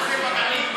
השר רוצה מגנומטר בגנים?